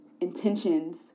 intentions